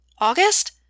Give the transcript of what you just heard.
August